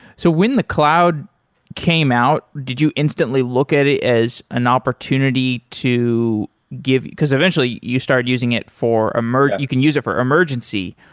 so when the cloud came out, did you instantly look at it as an opportunity to give because eventually you started using it for a you can use it for emergency,